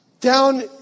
down